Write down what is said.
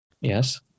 Yes